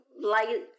light